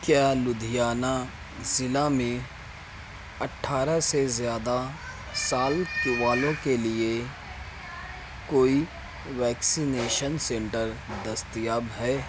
کیا لدھیانہ ضلع میں اٹھارہ سے زیادہ سال کے والوں کے لیے کوئی ویکسینیشن سنٹر دستیاب ہے